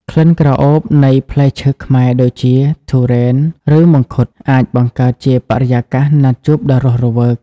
ក្លិនក្រអូបនៃផ្លែឈើខ្មែរដូចជា ធុរេន ឬមង្ឃុត អាចបង្កើតជាបរិយាកាសណាត់ជួបដ៏រស់រវើក។